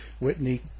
Whitney